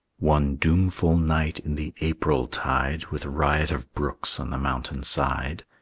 one doomful night in the april tide with riot of brooks on the mountain side,